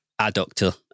adductor